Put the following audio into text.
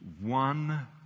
one